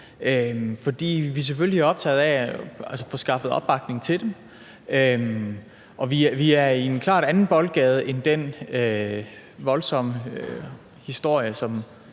for vi er selvfølgelig optaget af at få skaffet opbakning til dem. Vi er i en klart anden boldgade end den voldsomme historie,